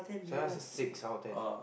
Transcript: Stella's a six out of ten